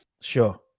sure